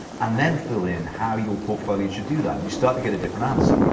and then fill in how your portfolio should do that and you start to get a different answer. you